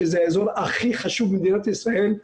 שזה אזור הכי חשוב במדינת ישראל,